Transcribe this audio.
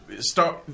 start